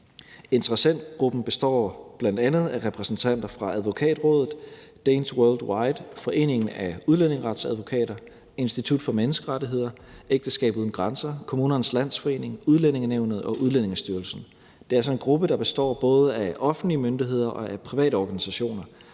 Interessentgruppen består bl.a. af repræsentanter fra Advokatrådet, Danes Worldwide, Foreningen af Udlændingeretsadvokater, Institut for Menneskerettigheder, Ægteskab Uden Grænser, Kommunernes Landsforening, Udlændingenævnet og Udlændingestyrelsen. Det er altså en gruppe, der består af både offentlige myndigheder og private organisationer,